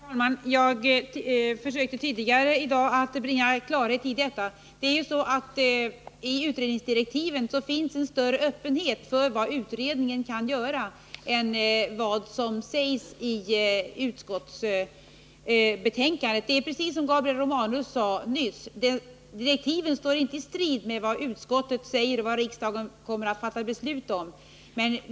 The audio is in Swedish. Herr talman! Jag försökte tidigare i dag bringa klarhet i detta. I utredningsdirektiven finns en större öppenhet för vad utredningen kan göra än i utskottsbetänkandet. Det är precis som Gabriel Romanus nyss sade: Direktiven står inte i strid med vad utskottet uttalar och riksdagen kommer att fatta beslut om.